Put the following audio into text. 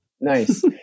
nice